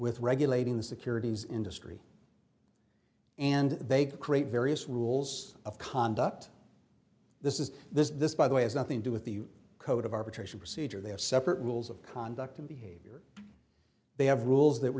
with regulating the securities industry and they create various rules of conduct this is this this by the way has nothing to with the code of arbitration procedure there are separate rules of conduct and behavior they have rules that